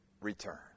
return